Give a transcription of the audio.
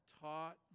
taught